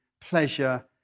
pleasure